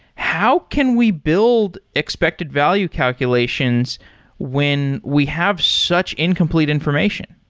how can we build expected value calculations when we have such incomplete information?